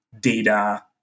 data